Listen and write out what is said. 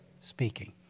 speaking